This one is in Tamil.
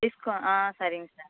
டிஸ்கோ ஆ சரிங்க சார்